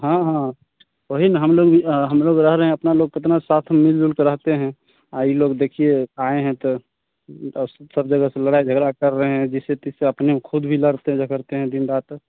हाँ हाँ वही ना हम लोग भी हम लोग रह रहे हैं अपना लोग कितना साथ मिलजुलकर रहते हैं ई लोग देखिए आए हैं तो स सब जगह से लड़ाई झगड़ा कर रहे है जिससे तिससे अपने खुद भी लड़ते झगड़ते हैं दिन रात